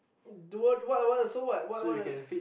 dual what I want I so what what what does